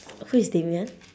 who is damian